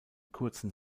kurzen